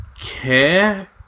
care